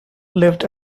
lived